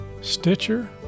Stitcher